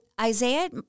Isaiah